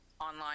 online